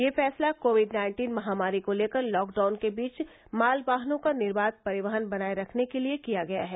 यह फैसला covid nineteen महामारी को लेकर लॉकडाउन के बीच मालवाहनों का निर्वाध परिवहन बनाए रखने के लिए किया गया है